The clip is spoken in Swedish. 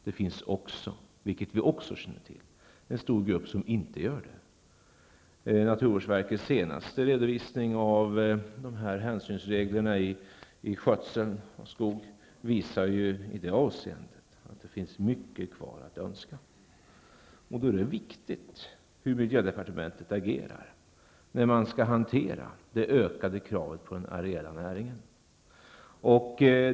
Det finns också, som vi även känner till, en stor grupp som inte gör det. Naturvårdsverkets senaste redovisning av hänsynsreglerna för skötseln av skog visar att det i det avseendet finns mycket kvar att önska. Det är då viktigt hur miljödepartementet agerar när det gäller att hantera de ökade kraven på de areella näringarna.